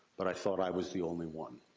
but i thought i was the only one.